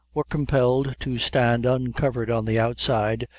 were compelled to stand uncovered on the outside,